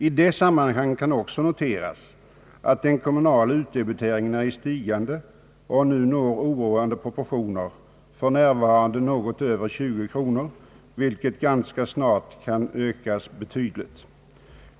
I det sammanhanget kan också noteras att den kommunala utdebiteringen är i stigande och nu når oroande proportioner, f.n. något över 20 kronor, vilket ganska snart kan öka betydligt.